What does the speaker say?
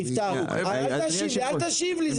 יפתח, אל תשיב לי.